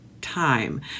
time